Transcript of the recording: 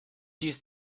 used